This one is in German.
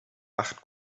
acht